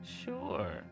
Sure